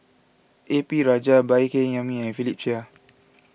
A P Rajah Baey Yam Keng and Philip Chia